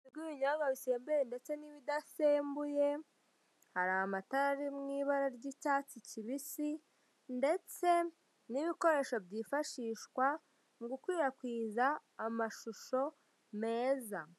Ibinyobwa bisembuye ndetse n'ibidasembuye, amatara ari mw'ibara ry'icyatsi kibisi ndetse n'ibikoresho byifashishwa mu gukwirakwiza amashusho meza.